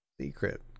Secret